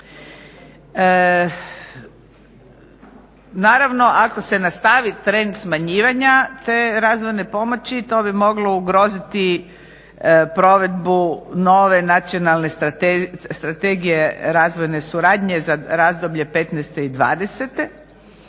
Naravno ako se nastavi trend smanjivanja te razvojne pomoći to bi moglo ugroziti provedbu nove nacionalne strategije, razvojne suradnje za razdoblje 2015.-2020. i sa